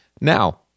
Now